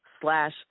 slash